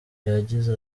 yagize